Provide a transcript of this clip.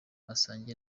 asangiye